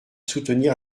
soutenir